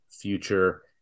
future